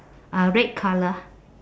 uh red colour